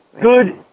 good